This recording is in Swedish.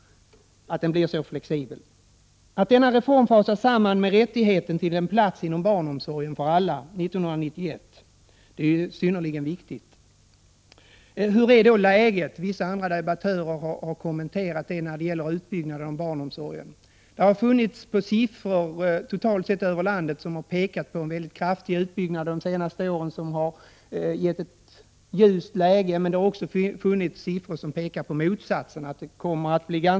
Den blir alltså så flexibel. Denna reform hör samman med rättigheten till plats inom barnomsorgen för alla 1991. Detta är synnerligen viktigt. Men hur är då läget? Vissa andra debattörer har kommenterat utbyggnaden av barnomsorgen. Det har funnits siffror totalt över landet som pekar på en kraftig utbyggnad och som angivit ett ljust läge. Men det finns andra siffror som pekar på motsatsen.